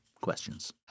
Questions